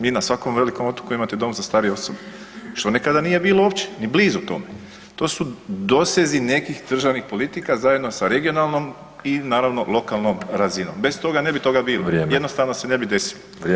Mi na svakom velikom otoku imate dom za starije osoba, što nekada nije bilo uopće, ni blizu tome, to su dosezi nekih državnih politika zajedno sa regionalnom i naravno lokalnom razinom, bez toga toga ne bi bilo [[Upadica: Vrijeme]] jednostavno se ne bi desilo.